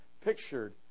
Pictured